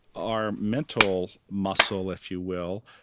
our mental muscle, if you will,